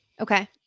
okay